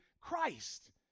Christ